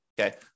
okay